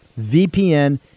VPN